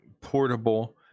portable